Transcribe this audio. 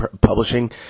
publishing